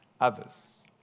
Others